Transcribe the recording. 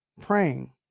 praying